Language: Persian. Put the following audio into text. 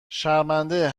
شرمنده